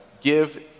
give